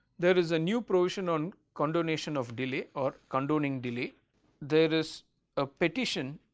there is a new provision on condonation of delay or condoning delay there is a petition